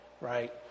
right